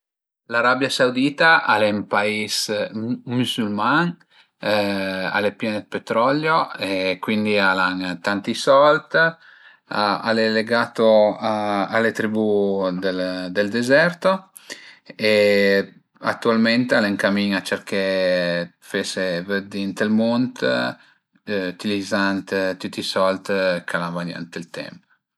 L'Arabia Saudita al e ün pais müsülman, al e pien d'petrolio e cuindi al an tanti sold, al e legato a le tribù dël dezerto e atualment al e ën camin a cerché dë fese vëddi ënt ël mund ütilizant tüti i sold ch'al a vagnà ënt ël temp